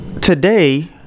today